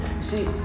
See